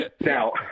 Now